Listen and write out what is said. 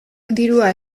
dirua